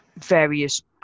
various